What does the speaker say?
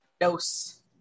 Dose